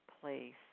place